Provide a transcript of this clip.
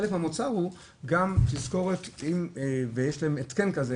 חלק מהמוצר הוא גם תזכורת, ויש להם התקן כזה